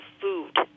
food